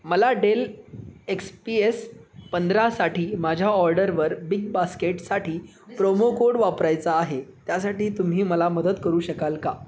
मला Dell X P S पंधरासाठी माझ्या ऑर्डरवर बिग बास्केटसाठी प्रोमो कोड वापरायचा आहे त्यासाठी तुम्ही मला मदत करू शकाल का